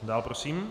Dál prosím.